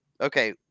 okay